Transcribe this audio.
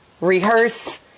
rehearse